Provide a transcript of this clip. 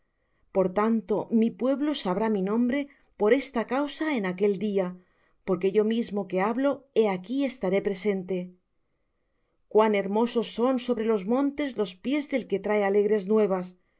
por tanto mi pueblo sabrá mi nombre por esta causa en aquel día porque yo mismo que hablo he aquí estaré presente cuán hermosos son sobre los montes los pies del que trae alegres nuevas